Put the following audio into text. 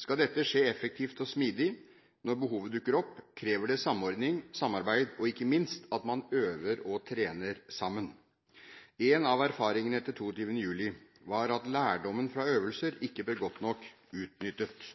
Skal dette skje effektivt og smidig når behovet dukker opp, krever det samordning, samarbeid og ikke minst at man øver og trener sammen. En av erfaringene etter 22. juli var at lærdommen fra øvelser ikke ble godt nok utnyttet.